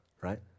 right